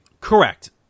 Correct